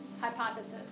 Hypothesis